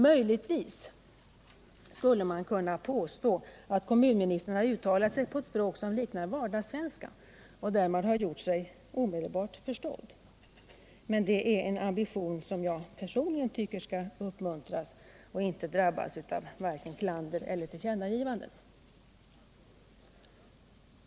Möjligtvis kan man påstå att kommunministern uttalat sig på ett språk som liknar vardagssvenska och därmed gjort sig omedelbart förstådd, men det är en ambition som jag personligen tycker skall uppmuntras och inte drabbas av klander eller tillkännagivanden.